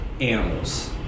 animals